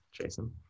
Jason